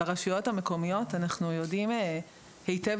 ברשויות המקומיות אנחנו יודעים היטב